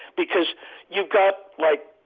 because you've got, like,